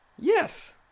Yes